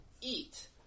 eat